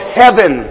heaven